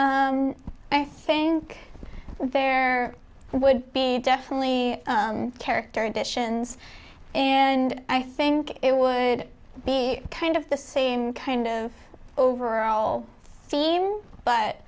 sense i think there would be definitely character additions and i think it would be kind of the same kind of over all theme but